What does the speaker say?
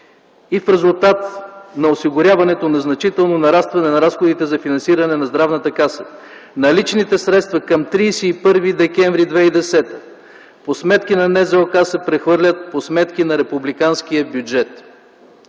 и в резултат на осигуряването на значително нарастване на разходите за финансиране на Здравната каса, наличните средства към 31 декември 2010 г. по сметки на НЗОК се прехвърлят по сметки на републиканския бюджет.